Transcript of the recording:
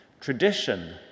tradition